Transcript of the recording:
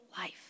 life